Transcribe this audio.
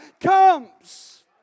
comes